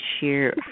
share